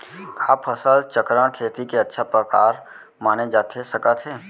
का फसल चक्रण, खेती के अच्छा प्रकार माने जाथे सकत हे?